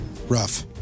Rough